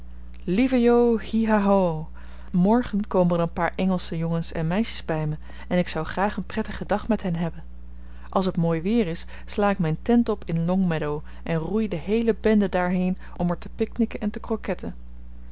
hi ha ho morgen komen er een paar engelsche jongens en meisjes bij me en ik zou graag een prettigen dag met hen hebben als het mooi weer is sla ik mijn tent op in longmeadow en roei de heele bende daarheen om er te picknicken en te crocketten